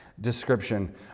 description